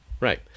Right